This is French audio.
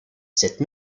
cette